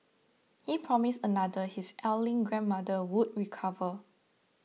he promised another his ailing grandmother would recover